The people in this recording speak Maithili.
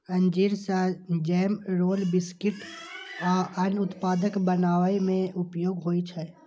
अंजीर सं जैम, रोल, बिस्कुट आ अन्य उत्पाद बनाबै मे उपयोग होइ छै